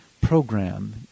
program